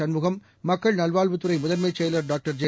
சண்முகம் மக்கள் நல்வாழ்வுத்துறை முதன்மைச் செயலர் டாக்டர் ஜெ